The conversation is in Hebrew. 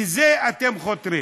לזה אתם חותרים.